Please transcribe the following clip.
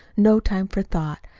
no time for thought,